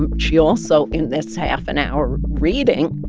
um she also, in this half an hour reading,